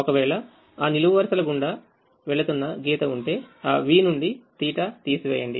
ఒకవేళ అ నిలువు వరుసల గుండా వెళ్తున్న గీత ఉంటేఆ v నుండి θ తీసివేయండి